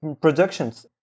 productions